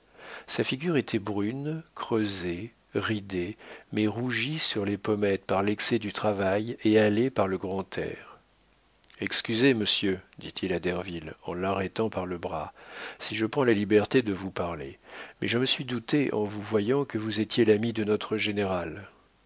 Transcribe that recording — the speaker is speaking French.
sa figure était brune creusée ridée mais rougie sur les pommettes par l'excès du travail et hâlée par le grand air excusez monsieur dit-il à derville en l'arrêtant par le bras si je prends la liberté de vous parler mais je me suis douté en vous voyant que vous étiez l'ami de notre général